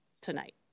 tonight